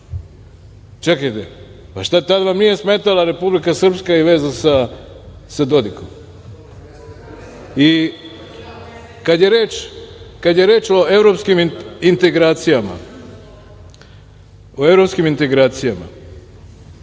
Čekajte, pa šta, tada vam nije smetala Republika Srpska vezano sa Dodikom. I, kada je reč o evropskim integracijama,